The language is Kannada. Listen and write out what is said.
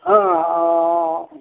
ಹಾಂ ಹಾಂ